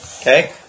Okay